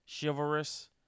Chivalrous